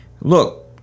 look